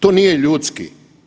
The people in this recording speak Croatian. To nije ljudski.